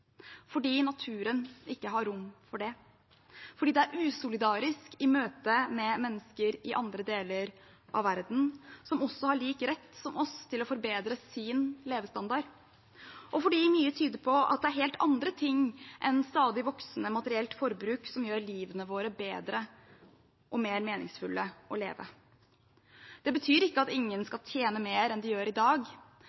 fordi naturen ikke har rom for det, fordi det er usolidarisk i møte med mennesker i andre deler av verden som også har lik rett som oss til å forbedre sin levestandard, og fordi mye tyder på at det er helt andre ting enn stadig voksende materielt forbruk som gjør livet vårt bedre og mer meningsfullt å leve. Det betyr ikke at ingen